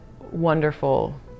wonderful